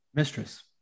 mistress